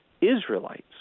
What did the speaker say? Israelites